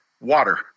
water